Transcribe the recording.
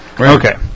Okay